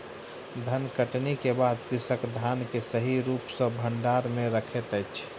धानकटनी के बाद कृषक धान के सही रूप सॅ भंडार में रखैत अछि